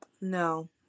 No